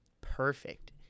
perfect